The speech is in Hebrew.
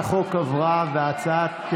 עברה, והצעת